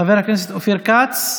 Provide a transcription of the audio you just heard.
חבר הכנסת עופר כסיף.